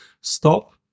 stop